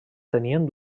tenien